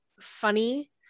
funny